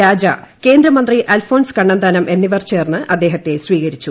രാജ കേന്ദ്രമന്ത്രി അൽഫോൺസ് കണ്ണന്താനം എന്നിവർ ചേർന്ന് അദ്ദേഹത്തെ സ്വീകരിച്ചു